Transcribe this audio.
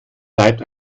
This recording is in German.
reibt